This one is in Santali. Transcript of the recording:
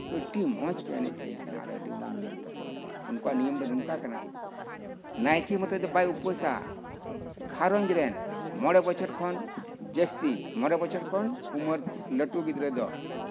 ᱟᱹᱰᱤ ᱢᱚᱸᱡᱽ ᱠᱚ ᱮᱱᱮᱡ ᱥᱮᱹᱨᱮᱹᱧ ᱠᱟᱱᱟ ᱟᱨ ᱟᱹᱰᱤ ᱢᱚᱸᱡᱽ ᱱᱤᱭᱚᱢ ᱛᱟᱠᱚ ᱩᱱᱠᱩᱣᱟᱜ ᱱᱤᱭᱚᱢ ᱫᱚ ᱱᱚᱝᱠᱟ ᱠᱟᱱᱟ ᱱᱟᱭᱠᱮ ᱢᱚᱛᱚ ᱫᱚ ᱵᱟᱭ ᱩᱯᱟᱹᱥᱟ ᱜᱷᱟᱸᱨᱚᱧᱡᱽ ᱨᱮᱱ ᱢᱚᱬᱮ ᱵᱚᱪᱷᱚᱨ ᱠᱷᱚᱱ ᱡᱟᱹᱥᱛᱤ ᱢᱚᱬᱮ ᱵᱚᱪᱷᱚᱨ ᱠᱷᱚᱱ ᱩᱢᱟᱹᱨ ᱞᱟᱹᱴᱩ ᱜᱤᱫᱽᱨᱟᱹ ᱫᱚ